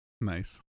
Nice